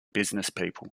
businesspeople